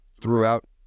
throughout